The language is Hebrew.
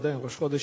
עדיין ראש חודש,